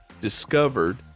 discovered